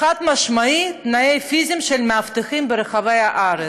חד-משמעי את התנאים הפיזיים של מאבטחים ברחבי הארץ,